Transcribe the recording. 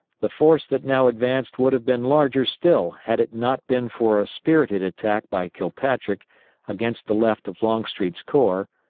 the force that now advanced would have been larger still had it not been for a spirited attack by kilpatrick against the left of longstreet's corps,